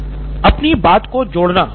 सिद्धार्थ मटूरी अपनी बात जोड़ना